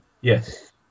Yes